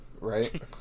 right